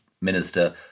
minister